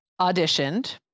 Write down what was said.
auditioned